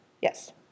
Yes